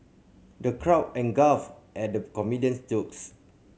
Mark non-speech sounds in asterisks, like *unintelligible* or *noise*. the crowd *unintelligible* guffawed at the comedian's jokes